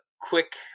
quick